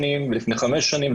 ולפני חמש שנים,